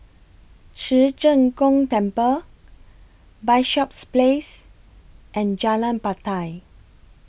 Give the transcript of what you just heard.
Ci Zheng Gong Temple Bishops Place and Jalan Batai